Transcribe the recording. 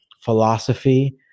philosophy